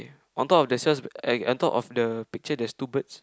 on top of the Sal's I on top of the picture there is two birds